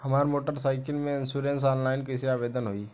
हमार motorcycle के insurance online कईसे आवेदन होई?